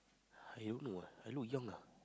I don't know ah I look young ah